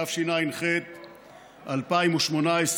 תשע"ח 2018,